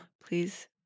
please